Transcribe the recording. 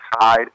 side